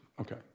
Okay